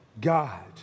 God